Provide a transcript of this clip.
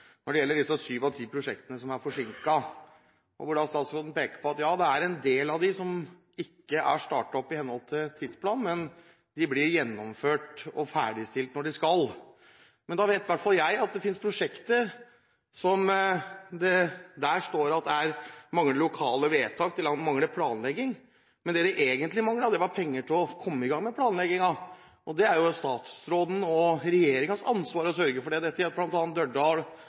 når det gjelder syv av de ti prosjektene som er forsinket, og statsråden peker på at det er en del av disse som ikke er startet opp i henhold til tidsplanen, men at de blir gjennomført og ferdigstilt når de skal, da vet i hvert fall jeg at det finnes prosjekter hvor det står at det mangler lokale vedtak og det mangler planlegging. Men det de egentlig manglet, var penger til å komme i gang med planleggingen, og det er jo statsrådens og regjeringens ansvar å sørge for det. Dette